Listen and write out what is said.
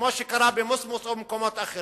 כמו שקרה במוסמוס או במקומות אחרים.